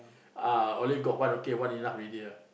ah only got one okay one enough already lah